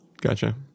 Gotcha